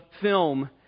film